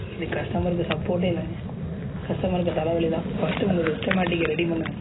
இது கஸ்டமருக்கு சப்போர்ட்டே இல்லைங்க கஸ்டமருக்கு தலை வலிதான் ஃபர்ஸ்ட்டு உங்கள் சிஸ்டமெட்டிக்கை ரெடி பண்ணுங்க